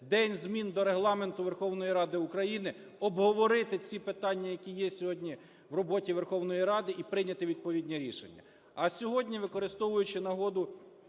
день змін до Регламенту Верховної Ради України, обговорити ці питання, які є сьогодні в роботі Верховної Ради, і прийняти відповідні рішення.